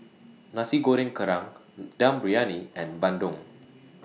Nasi Goreng Kerang Dum Briyani and Bandung